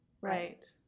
Right